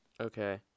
Okay